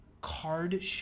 card